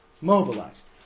mobilized